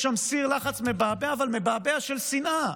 יש שם סיר לחץ מבעבע, אבל מבעבע של שנאה.